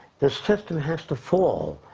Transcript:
the system has to fall.